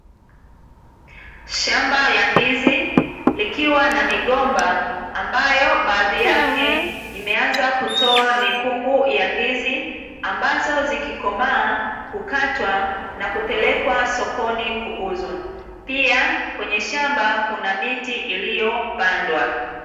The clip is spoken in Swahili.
Shamba la ndizi likiwa na migomba ambayo baadhi yake imeanza kutoa mikungu ya ndizi, ambazo zikikomaa hukatwa na kupelekwa sokoni kuuzwa. Pia kwenye shamba kuna miti iliyopandwa.